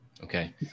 Okay